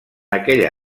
aquella